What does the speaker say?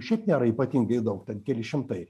šiaip nėra ypatingai daug ten keli šimtai